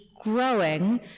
growing